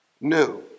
new